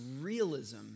realism